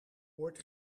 hoort